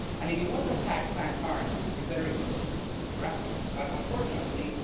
and if you want to attack planned parenthood, you better use good graphics. but unfortunately,